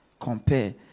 compare